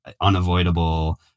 unavoidable